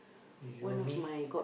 you mean